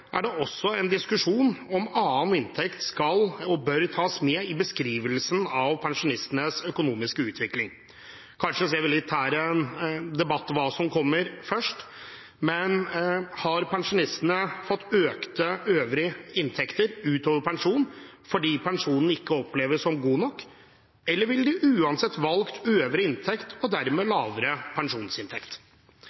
er det også en diskusjon om annen inntekt skal, og bør, tas med i beskrivelsen av pensjonistenes økonomiske utvikling. Kanskje ser vi her en debatt om hva som kommer først: Har pensjonistene fått økte øvrige inntekter utover pensjonen fordi pensjonen ikke oppleves som god nok, eller ville de uansett valgt øvre inntekt og dermed